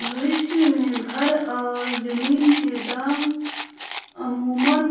भविष्य में घर और जमीन के दाम अमूमन